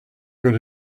going